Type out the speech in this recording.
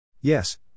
Yes